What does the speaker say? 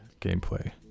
gameplay